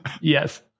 Yes